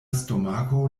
stomako